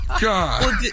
God